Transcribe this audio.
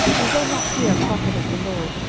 is there not here a prophet of the lord,